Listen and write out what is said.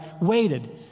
waited